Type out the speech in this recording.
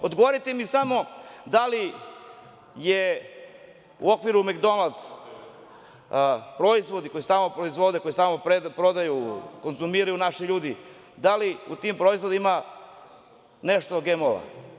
Odgovorite mi samo da li je u okviru McDonald`s proizvodi koji se tamo proizvode, koji se tamo prodaju, koje konzumiraju naši ljudi, da li u tim proizvodima nešto je GMO?